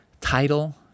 title